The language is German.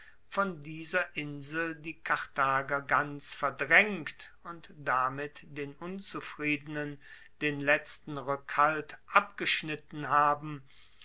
von dieser insel die karthager ganz verdraengt und damit den unzufriedenen den letzten rueckhalt abgeschnitten haben